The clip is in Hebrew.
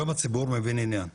היום הציבור מבין עניין,